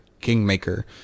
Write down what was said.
Kingmaker